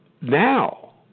now